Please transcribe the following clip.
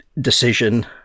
decision